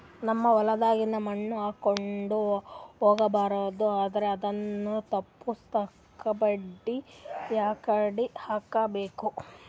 ನಮ್ ಹೊಲದಾಗಿನ ಮಣ್ ಹಾರ್ಕೊಂಡು ಹೋಗಬಾರದು ಅಂದ್ರ ಅದನ್ನ ತಪ್ಪುಸಕ್ಕ ಬಂಡಿ ಯಾಕಡಿ ಹಾಕಬೇಕು?